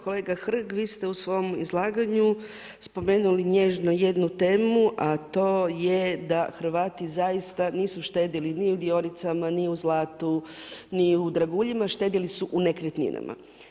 Kolega Hrg, vi ste u svom izlaganju spomenuli nježno jednu temu, a to je da Hrvati zaista nisu štedili ni u dionicama ni u zlatu ni u draguljima, štedili su u nekretninama.